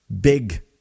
big